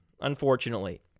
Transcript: unfortunately